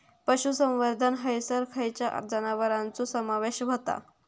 पशुसंवर्धन हैसर खैयच्या जनावरांचो समावेश व्हता?